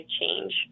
change